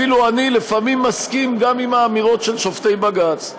אפילו אני לפעמים מסכים גם עם האמירות של שופטי בג"ץ.